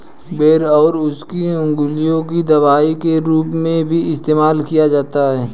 बेर और उसकी गुठलियों का दवाई के रूप में भी इस्तेमाल किया जाता है